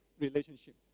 relationship